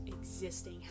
existing